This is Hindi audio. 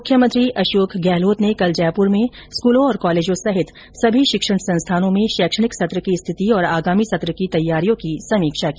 मुख्यमंत्री अशोक गहलोत ने कल जयपूर में स्कूलों कॉलेजों सहित सभी शिक्षण संस्थानों में शैक्षणिक सत्र की रिथिति और आगामी सत्र की तैयारियों की समीक्षा की